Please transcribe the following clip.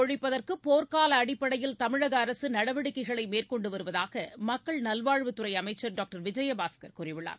ஒழிப்பதற்குபோர்க்காலஅடிப்படையில் காசநோயைமுற்றிலும் தமிழகஅரசுநடவடிக்கைகளைமேற்கொண்டுவருவதாகமக்கள் நல்வாழ்வுத்துறைஅமைச்சர் டாக்டர் விஜயபாஸ்கர் கூறியுள்ளார்